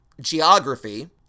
geography